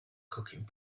cooking